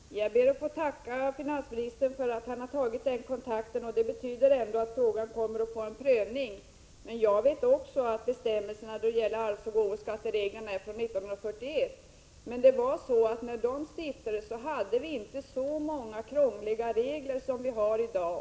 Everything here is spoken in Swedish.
Herr talman! Jag ber att få tacka finansministern för att han har tagit den kontakten. Det betyder att frågan ändå kommer att få en prövning. Även jag vet att bestämmelserna när det gäller arvsoch gåvoskattereglerna är från 1941, men när de infördes hade man inte så många krångliga regler som vi har i dag.